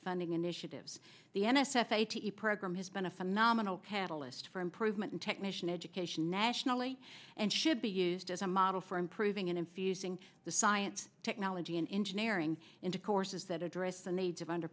funding initiatives the n s f a program has been a phenomenal catalyst for improvement in technician education nationally and should be used as a model for improving in infusing the science technology and engineering into courses that address the needs of under